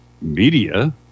media